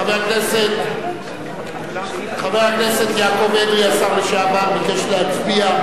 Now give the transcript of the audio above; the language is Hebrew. חבר הכנסת יעקב אדרי, השר לשעבר, ביקש להצביע.